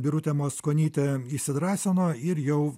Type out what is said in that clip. birutė mackonytė įsidrąsino ir jau